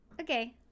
Okay